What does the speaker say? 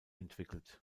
entwickelt